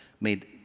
made